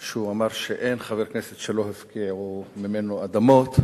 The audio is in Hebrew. שהוא אמר שאין חבר כנסת שלא הפקיעו ממנו אדמות.